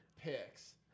picks